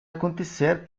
acontecer